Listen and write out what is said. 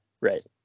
right